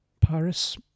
Paris